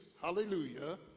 hallelujah